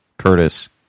Curtis